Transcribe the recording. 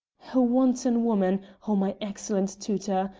a wanton woman! oh, my excellent tutor!